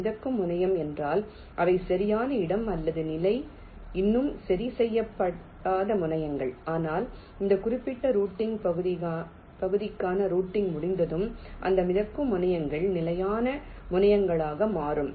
மிதக்கும் முனையம் என்றால் அவை சரியான இடம் அல்லது நிலை இன்னும் சரி செய்யப்படாத முனையங்கள் ஆனால் அந்த குறிப்பிட்ட ரூட்டிங் பகுதிக்கான ரூட்டிங் முடிந்ததும் இந்த மிதக்கும் முனையங்கள் நிலையான முனையங்களாக மாறும்